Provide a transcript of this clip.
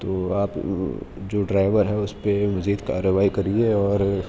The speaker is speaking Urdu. تو آپ جو ڈرائیور ہے اس پہ مزید کارروائی کریے اور